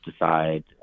decide